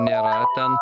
nėra ten